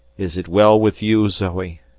is it well with you, zoe?